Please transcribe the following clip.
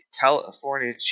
California